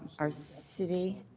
our city